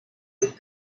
used